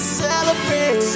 celebrate